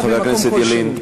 חבר הכנסת ילין,